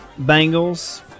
Bengals